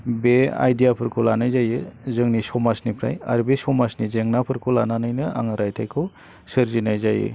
बे आइडियाफोरखौ लानाय जायो जोंनि समाजनिफ्राय आरो बे समाजनि जेंनाफोरखौ लानानैनो आङो रायथाइखौ सोरजिनाय जायो